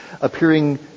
appearing